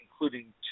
including